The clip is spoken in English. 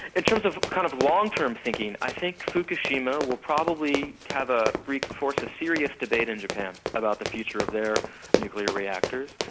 in terms of kind of long term thinking. i think fukushima will probably kind of ah and force a serious debate in japan about the future of their nuclear reactors,